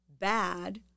bad